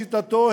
לשיטתו,